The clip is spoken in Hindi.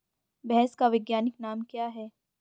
भैंस का वैज्ञानिक नाम क्या है?